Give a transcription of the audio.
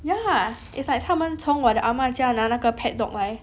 ya it's like 他们从我的 ah-mah 家拿那个 pet dog right